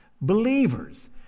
believers